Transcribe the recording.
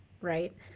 right